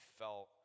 felt